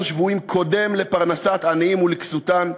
שבויים קודם לפרנסת עניים ולכסותן,